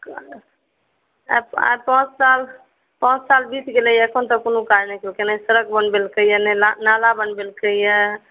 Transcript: आइ पाँच साल पाँच साल बीत गेल अखन तक कोनो काज नहि केलखिन हँ नहि सड़क बनबेलकै यऽ नहि नाला बनबेलकैया